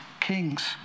kings